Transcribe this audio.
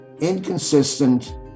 inconsistent